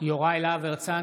אינו נוכח יאיר לפיד,